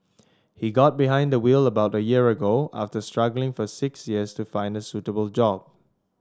he got behind the wheel about a year ago after struggling for six years to find a suitable job